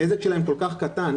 הנזק שלהם כל כך קטן,